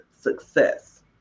success